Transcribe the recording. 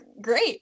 great